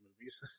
movies